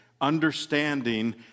understanding